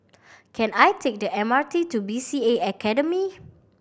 can I take the M R T to B C A Academy